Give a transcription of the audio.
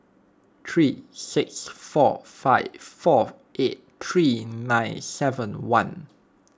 three six four five four eight three nine seven one